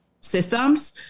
systems